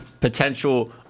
potential